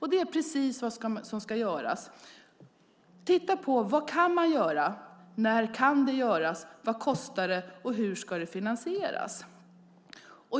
Det är precis vad som ska göras. Vi ska titta på vad man kan man göra, när det kan göras, vad det kostar och hur det ska finansieras.